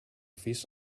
fish